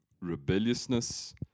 rebelliousness